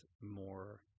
more